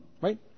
right